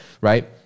right